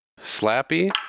Slappy